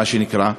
מה שנקרא.